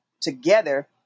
together